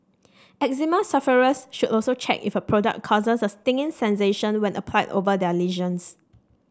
eczema sufferers should also check if a product causes a stinging sensation when applied over their lesions